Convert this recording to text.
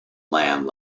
land